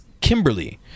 Kimberly